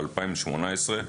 ב-2018,